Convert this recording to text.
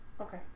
okay